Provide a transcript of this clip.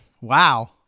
Wow